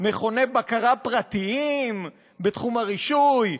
מכוני בקרה פרטיים בתחום הרישוי,